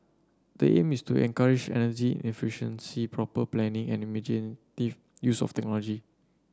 the aim is to encourage energy efficiency proper planning and imaginative use of technology